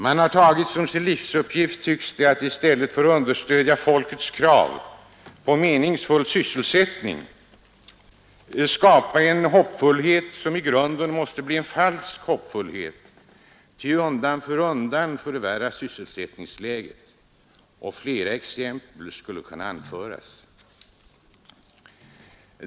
Man har tagit som sin livsuppgift, tycks det, att i stället för att understödja folkets krav på meningsfull sysselsättning skapa en hoppfullhet, som i grunden måste bli en falsk hoppfullhet, ty undan för undan förvärras sysselsättningsläget. Flera exempel skulle kunna anföras.